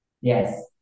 Yes